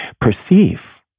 perceive